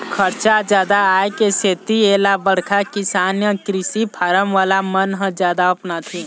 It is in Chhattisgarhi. खरचा जादा आए के सेती एला बड़का किसान य कृषि फारम वाला मन ह जादा अपनाथे